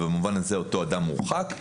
ובמובן הזה אותו אדם מורחק.